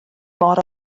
mor